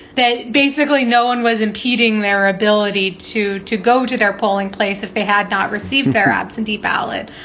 that basically no one was impeding their ability to to go to their polling place if they had not received their absentee ballot.